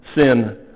sin